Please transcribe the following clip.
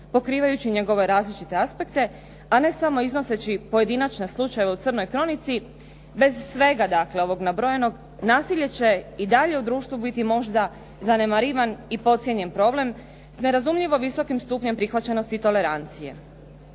pokrivajući njegove različite aspekte, a ne samo iznoseći pojedinačne slučajeve u crnoj kronici, bez svega dakle ovog nabrojanog nasilje će i dalje u društvu biti možda zanemarivan i podcijenjen problem s nerazumljivo visokim stupnjem prihvaćenosti i tolerancije.